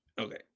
Okay